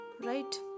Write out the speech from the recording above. right